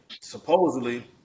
supposedly